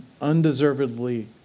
undeservedly